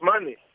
money